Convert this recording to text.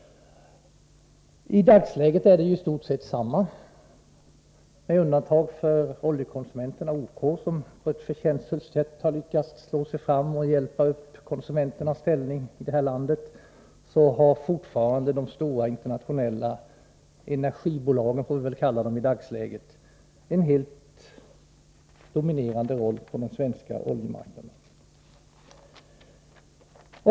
Dagsläget är i stort sett detsamma, med undantag för OK, som på ett förtjänstfullt sätt lyckats slå sig fram och hjälpa upp konsumenternas ställning här i landet. Fortfarande har de stora internationella oljebolagen — eller energibolagen, som vi väl får kalla dem i dag — den helt dominerande rollen på den svenska oljemarknaden.